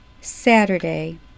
Saturday